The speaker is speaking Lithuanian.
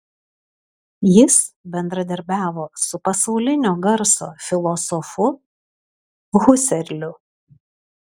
jis bendradarbiavo su pasaulinio garso filosofu huserliu